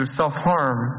self-harm